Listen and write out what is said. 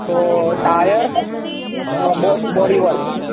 તો ટાયર બો બોડીવર્ક